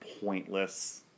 pointless